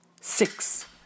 Six